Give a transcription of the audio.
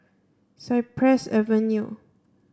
Cypress Avenue